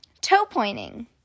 toe-pointing